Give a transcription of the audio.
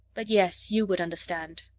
but, yes, you would understand.